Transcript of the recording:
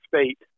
state